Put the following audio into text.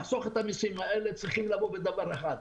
לחסוך את המיסים האלה צריכים לבוא בדבר אחד: